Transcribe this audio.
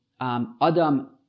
Adam